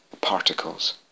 Particles